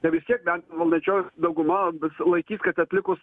tai vis tiek bent valdančioji dauguma laikys kad atlikus